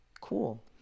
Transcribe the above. cool